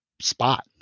spot